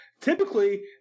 typically